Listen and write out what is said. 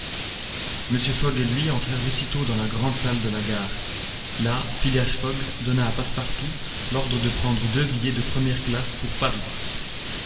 mr fogg et lui entrèrent aussitôt dans la grande salle de la gare là phileas fogg donna à passepartout l'ordre de prendre deux billets de première classe pour paris